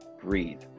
breathe